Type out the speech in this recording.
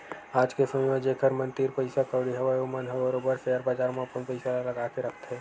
आज के समे म जेखर मन तीर पइसा कउड़ी हवय ओमन ह बरोबर सेयर बजार म अपन पइसा ल लगा के रखथे